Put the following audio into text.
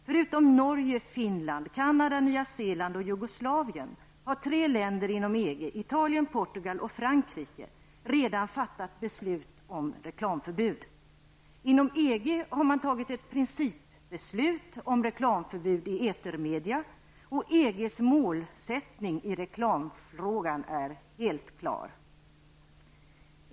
Förutom Norge, Finland, Canada, Nya Zeeland och Jugoslavien har tre länder inom EG -- Italien, Portugal och Frankrike -- redan fattat beslut om reklamförbud. Inom EG har man fattat ett principbeslut om reklamförbud i etermedia, och EGs målsättning i reklamfrågan är helt klar.